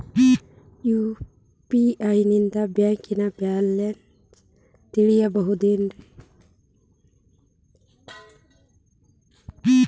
UPI ನಿಂದ bank balance ತಿಳಿಬಹುದೇನ್ರಿ?